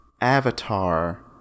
Avatar